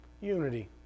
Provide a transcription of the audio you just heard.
Unity